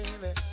baby